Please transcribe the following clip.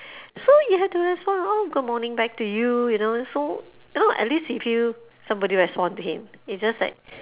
so you have to respond oh good morning back to you you know so now at least he feel somebody respond to him it's just like